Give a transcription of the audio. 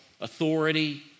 authority